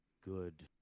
good